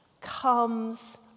Comes